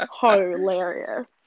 hilarious